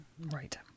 Right